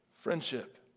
friendship